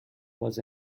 was